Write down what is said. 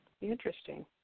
Interesting